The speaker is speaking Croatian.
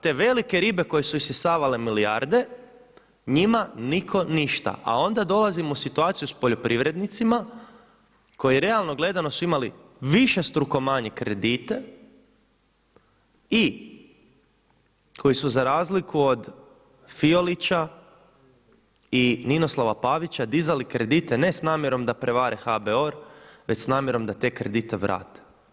Te velike ribe koje su isisavale milijarde njima nitko ništa, a onda dolazimo u situaciju s poljoprivrednicima koji realno gledano su imali višestrukom manje kredite i koji su za razliku od Fiolića i Ninoslava Pavića dizali kredite ne s namjerom da prevare HBOR već s namjerom da te kredite vrate.